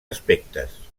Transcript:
aspectes